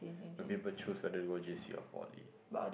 maybe people choose want to go J_C or poly